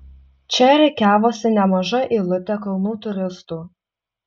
čia rikiavosi nemaža eilutė kalnų turistų